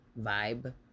vibe